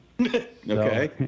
Okay